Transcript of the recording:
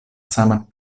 saman